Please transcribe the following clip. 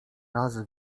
raz